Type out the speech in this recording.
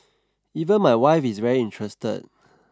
even my wife is very interested